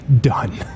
done